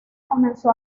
comenzó